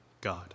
God